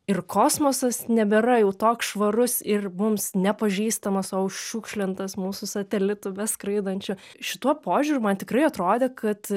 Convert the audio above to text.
ir kosmosas nebėra jau toks švarus ir mums nepažįstamas o užšiukšlintas mūsų satelitų be skraidančių šituo požiūriu man tikrai atrodė kad